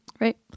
Right